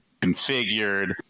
configured